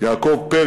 יעקב פרי